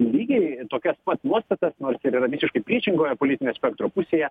lygiai tokias pat nuostatas nors ir yra visiškai priešingoje politinio spektro pusėje